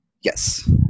Yes